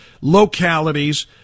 localities